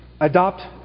adopt